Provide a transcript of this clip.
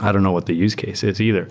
i don't know what the use case is either.